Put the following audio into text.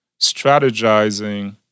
strategizing